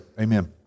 Amen